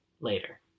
later